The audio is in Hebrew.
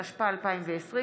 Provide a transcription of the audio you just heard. התשפ"א 2020,